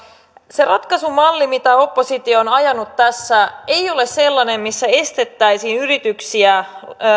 se ratkaisumalli mitä oppositio on ajanut tässä ei ole sellainen missä estettäisiin yrityksiä